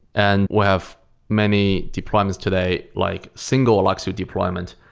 and we have many deployments today, like single alluxio deployment,